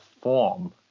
form